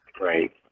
Right